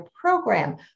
program